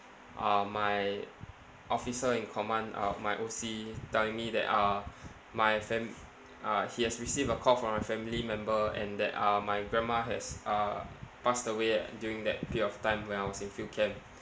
uh my officer in command uh my O_C telling me that uh my fam~ uh he has received a call from my family member and that uh my grandma has uh passed away during that period of time when I was in field camp